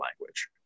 language